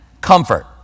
comfort